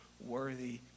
worthy